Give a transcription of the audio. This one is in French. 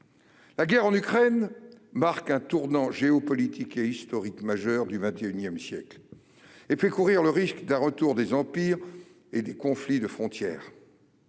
La guerre en Ukraine marque un tournant géopolitique et historique majeur du XXI siècle, et fait courir le risque d'un retour des empires et des conflits de frontières.